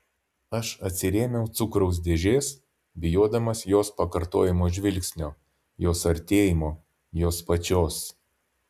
aš atsirėmiau cukraus dėžės bijodamas jos pakartojamo žvilgsnio jos artėjimo jos pačios